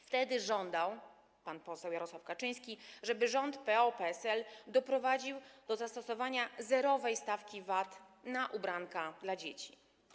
Wtedy pan poseł Jarosław Kaczyński żądał, żeby rząd PO-PSL doprowadził do zastosowania zerowej stawki VAT na ubranka dla dzieci.